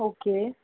okay